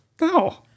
No